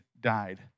died